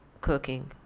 cooking